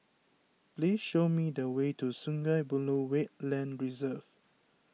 please show me the way to Sungei Buloh Wetland Reserve